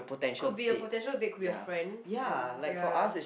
could be a potential date could be a friend I mean ya